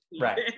right